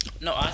No